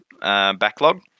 backlog